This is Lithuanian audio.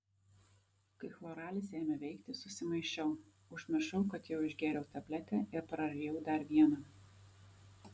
kai chloralis ėmė veikti susimaišiau užmiršau kad jau išgėriau tabletę ir prarijau dar vieną